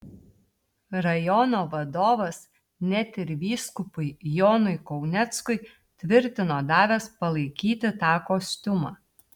rajono vadovas net ir vyskupui jonui kauneckui tvirtino davęs palaikyti tą kostiumą